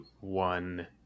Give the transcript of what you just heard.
One